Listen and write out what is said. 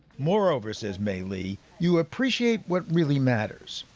moreover, says may lee, you appreciate what really matters.